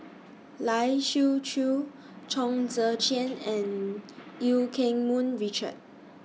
Lai Siu Chiu Chong Tze Chien and EU Keng Mun Richard